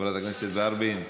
חברת הכנסת ורבין.